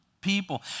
people